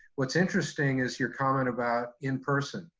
what's interesting is your comment about in person,